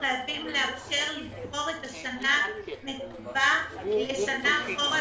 חייבים אפשר לפטור את השנה לשנה הנקובה לשנה אחורה,